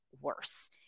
worse